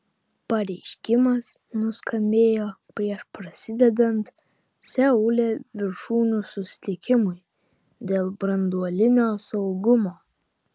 pareiškimas nuskambėjo prieš prasidedant seule viršūnių susitikimui dėl branduolinio saugumo